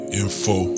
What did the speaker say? info